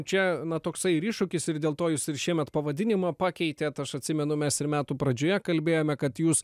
čia toksai ir iššūkis ir dėl to jis ir šiemet pavadinimą pakeitėt aš atsimenu mes ir metų pradžioje kalbėjome kad jūs